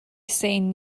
saying